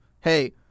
hey